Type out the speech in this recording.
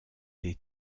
des